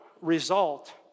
result